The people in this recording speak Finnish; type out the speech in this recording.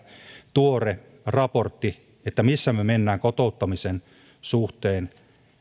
tuore raportti siitä missä mennään kotouttamisen suhteen